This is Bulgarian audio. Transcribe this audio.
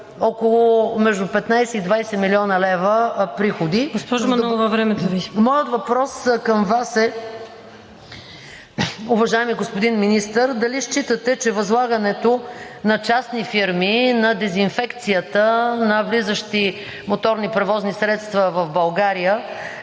времето Ви, изтече. МАЯ МАНОЛОВА: Моят въпрос към Вас е: уважаеми господин Министър, дали считате, че възлагането на частни фирми на дезинфекцията на влизащи моторни превозни средства в България